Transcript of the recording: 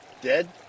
dead